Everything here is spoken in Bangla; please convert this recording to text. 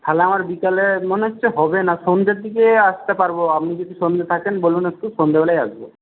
তাহলে আমার বিকেলে মনে হচ্ছে হবে না সন্ধ্যের দিকে আসতে পারব আপনি যদি সন্ধ্যে থাকেন বলুন একটু সন্ধ্যেবেলাই আসব